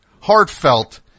heartfelt